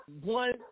one